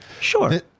Sure